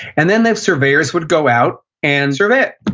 and then the surveyors would go out and survey it.